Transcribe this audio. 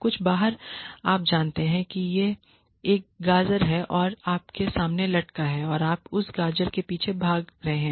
कुछ बाहर आप जानते हैं कि यह एक गाजर है जो आपके सामने लटका है और आप उस गाजर के पीछे भाग रहे हैं